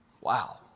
Wow